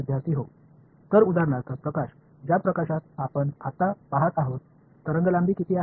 विद्यार्थी हो तर उदाहरणार्थ प्रकाश ज्या प्रकाशात आपण आत्ता पाहत आहोत तरंगलांबी किती आहे